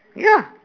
ya